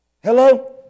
Hello